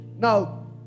Now